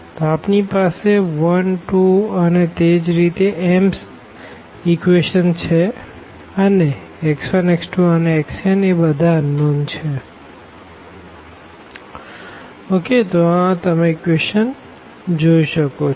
તો આપણી પાસે 12 અને તે જ રીતે m ઇક્વેશનો છે અને x1 x2 અને xn આ બધા અનનોન છે